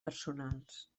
personals